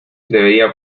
debería